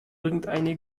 irgendeine